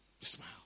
smile